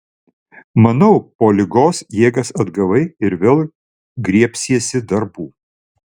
manau po ligos jėgas atgavai ir vėl griebsiesi darbų